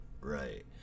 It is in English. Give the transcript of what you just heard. Right